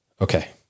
Okay